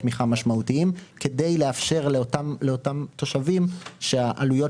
תמיכה משמעותיים כדי לאפשר לאותם תושבים שהעלויות